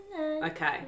Okay